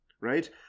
right